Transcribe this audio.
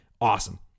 Awesome